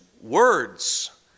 words